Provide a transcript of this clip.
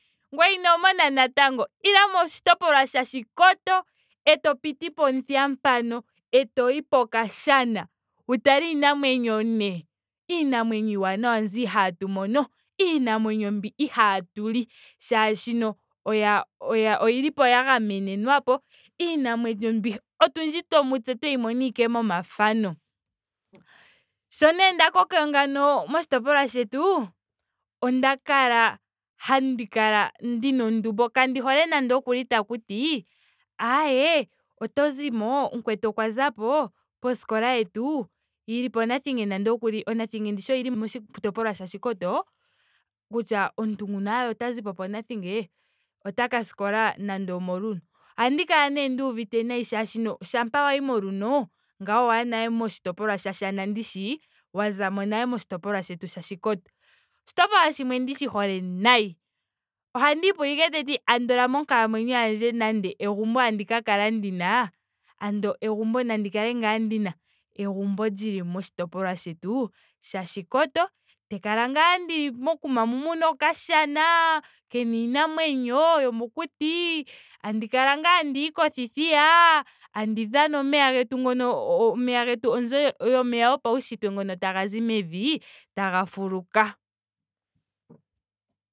Ngweye ino mona natango. Ila moshitopolwa sha oshikoto eto piti pomuthiya mpano. etoyi pokashana wu tale iinamwenyo nee. iinamwenyo iiwanawa mbyoka ihaatu mono. iinamwennyo mbyoka ihaatu li. molwaashoka oya- oya oyilipo ya gamenenwa po. iinamwenyo oyindji tse mba tweyi mona ashike momafano. Sho nee nda koko nagwo moshitopolwa shetu. onda kala handi kala ndina ondumbo. kandi hole nando okuli takuti. aae oto zimo. mukwetu okwa zapo poskola yetu yili ponathinge nando ookuli. Onathinge ndishi oyili moshitopolwa oshikoto kutya omuntu nguno ae ota zipo ponathinge. oataka sikola nando omoluno. ohandi kala ndee nduuvite nayi molwaashoka shampa wayi moluno. ngawo owa ya nale moshitopolwa sha oshana ndishi. wa zamo nale moshitopolwa shetu sha oshikoto. Oshitopolwa shimwe ndishi hole nayi ohandii pula ashike kutya andola monkalamwenyo yandje nando egumbo tandi ka kala ndina. andola egumbo nandi kale ngaa ndina egumbo lili moshitopolwa shetu sha oshikoto. Tandi kala ngaa ndili mokuma mu muna okashana. kena iinamwenyo yomokuti. tandi kala tuu handiyi kothithiya. tandi dhana omeya getu ngono omeya getu onzo yo- yomeya gopaunshitwe ngono tagazi mevi. taga fuluka.